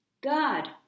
God